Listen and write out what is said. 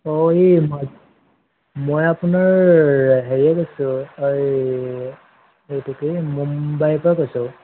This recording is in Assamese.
অঁ এই মই অপোনাৰ হেৰিয়ত আছো এই মুম্বাইৰপৰা কৈছোঁ